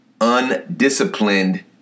undisciplined